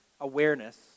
awareness